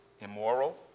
immoral